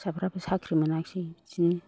फिसाफ्राबो साख्रि मोनाखिसै बिदिनो